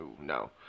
No